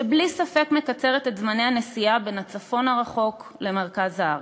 שבלי ספק מקצרת את זמני הנסיעה בין הצפון הרחוק למרכז הארץ,